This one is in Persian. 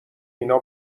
اینا